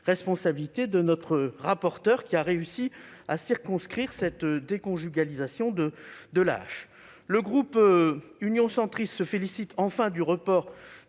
de notre rapporteur, qui a réussi à circonscrire cette déconjugalisation de l'AAH. Le groupe Union Centriste se félicite enfin du report